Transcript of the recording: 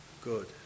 good